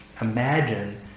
imagine